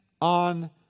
on